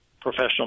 professional